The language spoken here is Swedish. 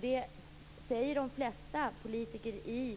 Det säger de flesta politiker i